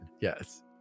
Yes